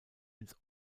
ins